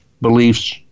beliefs